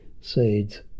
seeds